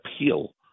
appeal